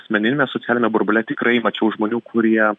asmeniniame socialiame burbule tikrai mačiau žmonių kurie